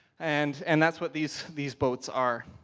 and and that's what these these boats are.